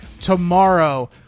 tomorrow